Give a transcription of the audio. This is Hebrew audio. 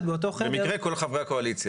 באותו חדר --- במקרה כל חברי הקואליציה.